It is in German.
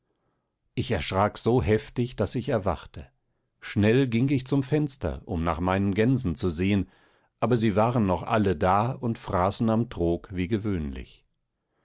ich erschrak so heftig daß ich erwachte schnell ging ich zum fenster um nach meinen gänsen zu sehen aber sie waren noch alle da und fraßen am trog wie gewöhnlich